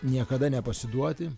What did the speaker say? niekada nepasiduoti